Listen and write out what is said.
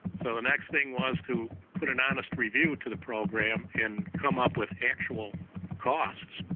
so the next thing was to put an honest review to the program and come up with actual costs.